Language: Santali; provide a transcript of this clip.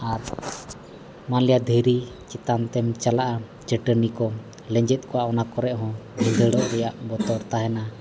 ᱟᱨ ᱢᱟᱱᱞᱤᱭᱟ ᱫᱷᱤᱨᱤ ᱪᱮᱛᱟᱱᱛᱮᱢ ᱪᱟᱞᱟᱜᱼᱟ ᱪᱟᱹᱴᱟᱹᱱᱤ ᱚᱠ ᱞᱮᱸᱡᱮᱫ ᱠᱚᱜᱼᱟ ᱚᱱᱟ ᱠᱚᱨᱮ ᱦᱚᱸ ᱵᱷᱤᱸᱫᱟᱹᱲᱚᱜ ᱨᱮᱭᱟᱜ ᱵᱚᱛᱚᱨ ᱛᱟᱦᱮᱱᱟ